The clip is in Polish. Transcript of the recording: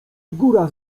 góra